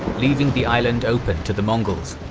leaving the island open to the mongols,